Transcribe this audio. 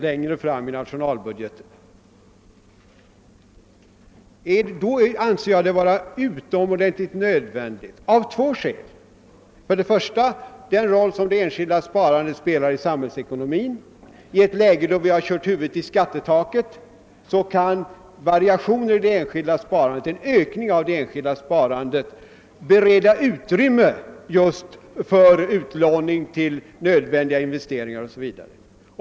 Jag anser att en sparundersökning är utomordentligt angelägen av två skäl. För det första är den nödvändig med hänsyn till den roll som det enskilda sparandet spelar för samhällsekonomin. I ett läge då vi har kört huvudet i skattetaket kan en ökning av det enskilda sparandet bereda utrymme för utlåning just till nödvändiga investeringar.